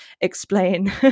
explain